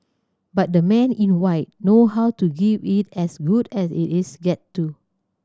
but the Men in White know how to give it as good as it gets too